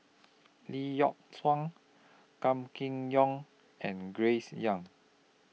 Lee Yock Suan Gan Kim Yong and Grace Young